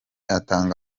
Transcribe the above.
atanga